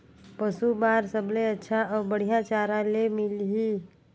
पशु बार सबले अच्छा अउ बढ़िया चारा ले मिलही?